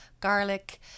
Garlic